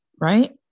right